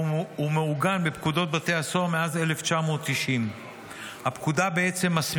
הוא מאורגן בפקודות בתי הסוהר מאז 1990. הפקודה מסמיכה